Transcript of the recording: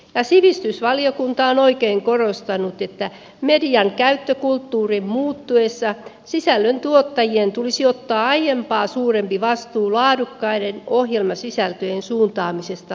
sivistysvaliokunta on oikein korostanut että median käyttökulttuurin muuttuessa sisällöntuottajien tulisi ottaa aiempaa suurempi vastuu laadukkaiden ohjelmasisältöjen suuntaamisesta lapsille